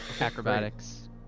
Acrobatics